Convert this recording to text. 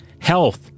health